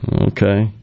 Okay